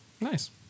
Nice